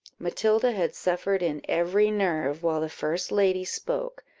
matilda had suffered in every nerve while the first lady spoke,